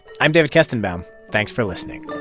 i'm david kestenbaum. thanks for listening